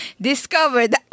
discovered